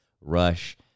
rush